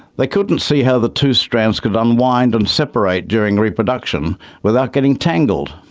they couldn't see how the two strands could unwind and separate during reproduction without getting tangled.